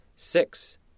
Six